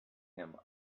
him